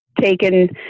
taken